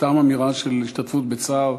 סתם אמירה של השתתפות בצער.